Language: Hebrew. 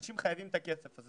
אנשים חייבים את הכסף הזה,